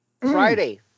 Friday